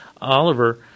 Oliver